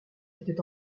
était